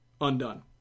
undone